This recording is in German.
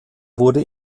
wurde